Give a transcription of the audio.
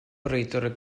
brwydro